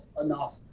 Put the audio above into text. enough